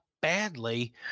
badly